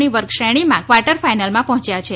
ની વર્ગશ્રેણીમાં ક્વાર્ટર ફાઈનલમાં પહોંચ્યા છે